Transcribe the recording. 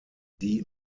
die